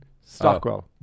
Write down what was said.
Stockwell